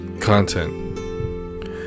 content